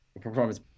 performance